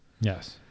Yes